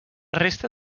resta